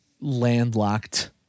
landlocked